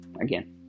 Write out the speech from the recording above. again